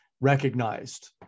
recognized